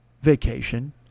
vacation